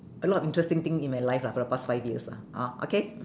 a lot of interesting thing in my life lah for the past five years lah hor okay